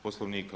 Poslovnika.